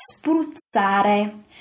spruzzare